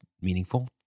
meaningful